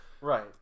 Right